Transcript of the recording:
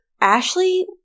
Ashley